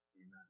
Amen